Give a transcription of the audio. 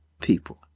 people